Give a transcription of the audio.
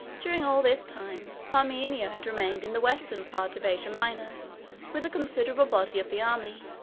during all this time parmenio had remained in the western part of asia minor with a considerable body of the army.